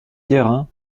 guérin